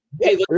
hey